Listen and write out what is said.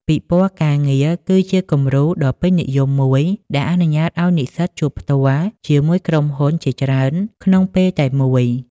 ពិព័រណ៍ការងារ គឺជាគំរូដ៏ពេញនិយមមួយដែលអនុញ្ញាតឱ្យនិស្សិតជួបផ្ទាល់ជាមួយក្រុមហ៊ុនជាច្រើនក្នុងពេលតែមួយ។